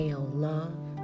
love